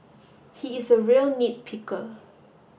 he is a real nit picker